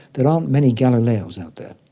there aren't many galileos out there.